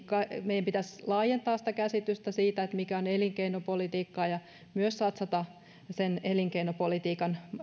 meidän pitäisi laajentaa sitä käsitystä siitä mikä on elinkeinopolitiikkaa ja myös satsata sen elinkeinopolitiikan